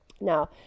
now